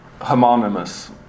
homonymous